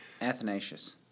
Athanasius